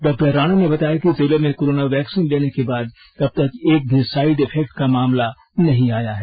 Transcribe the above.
डॉ राणा ने बताया कि जिले में कोरोना वैक्सीन लेने के बाद अब तक एक भी साइड इफेक्ट का मामला नहीं आया है